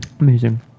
Amazing